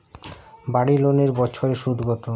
বাড়ি লোনের বছরে সুদ কত?